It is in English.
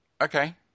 Okay